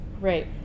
Right